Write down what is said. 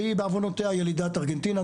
והיא בעוונותיה ילידת ארגנטינה,